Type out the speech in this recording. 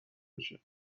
بشه